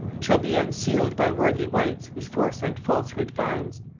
shall be unseal'd by worthy wights whose foresight falsehood finds.